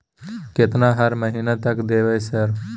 केतना हर महीना तक देबय सर?